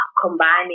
combining